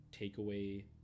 takeaway